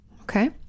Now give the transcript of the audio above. Okay